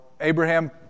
Abraham